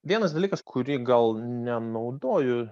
vienas dalykas kurį gal nenaudoju